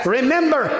Remember